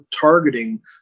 targeting